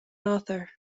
author